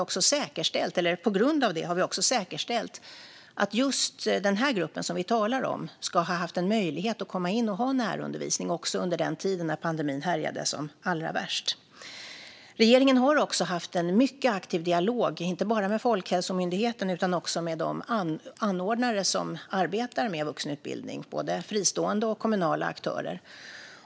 På grund av det har vi också säkerställt att just den grupp som vi talar om ska ha haft en möjlighet att komma in och ha närundervisning också under tid när pandemin härjade som allra värst. Regeringen har också haft en mycket aktiv dialog inte bara med Folkhälsomyndigheten utan också med de anordnare som arbetar med vuxenutbildning, både fristående och kommunala aktörer.